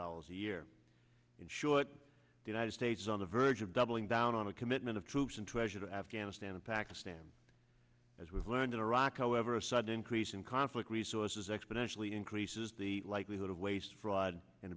dollars a year in short the united states on the verge of doubling down on a commitment of troops and treasure to afghanistan and pakistan as we've learned in iraq however a sudden increase in conflict resources exponentially increases the likelihood of waste fraud and